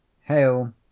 Hail